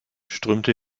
strömte